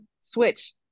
switch